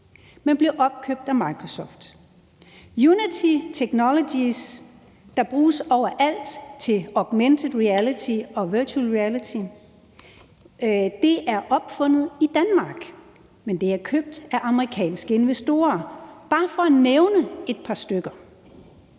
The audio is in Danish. men blev opkøbt af Microsoft. Unity Technologies, der bruges overalt til augmented reality og virtuel reality, er opfundet i Danmark, men det er købt af amerikanske investorer – bare for at nævne et par stykker.